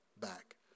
back